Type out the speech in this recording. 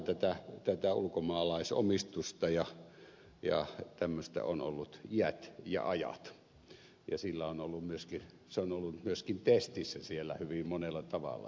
siellähän tätä ulkomaalaisomistusta ja tämmöistä on ollut iät ja ajat ja se on ollut myöskin testissä siellä hyvin monella tavalla